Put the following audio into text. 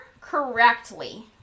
correctly